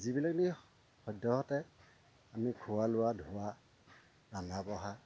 যিবিলাক নেকি সদ্যহতে আমি খোৱা লোৱা ধোৱা ৰন্ধা বঢ়া